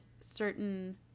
certain